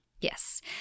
Yes